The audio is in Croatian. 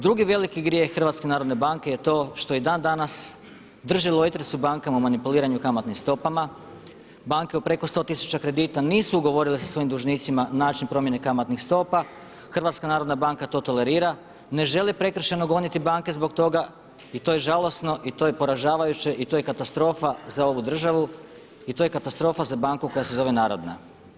Drugi veliki grijeh HNB-a je to što i dan danas drži lojtricu bankama u manipuliranju kamatnim stopama, bane u preko 100 tisuća kredita nisu ugovorile sa svojim dužnicima način promjene kamatnih stopa, HNB to tolerira, ne želi prekršajno goniti banke zbog toga i to je žalosno i to je poražavajuće i to je katastrofa za ovu državu i to je katastrofa za banku koja se zove narodna.